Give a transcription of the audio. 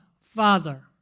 Father